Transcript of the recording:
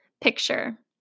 picture